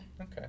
Okay